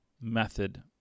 method